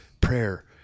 prayer